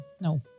No